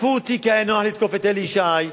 תקפו אותי, כי היה נוח לתקוף את אלי ישי.